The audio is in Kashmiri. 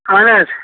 اَہَن حظ